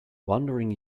wandering